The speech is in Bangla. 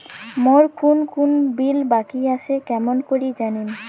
মোর কুন কুন বিল বাকি আসে কেমন করি জানিম?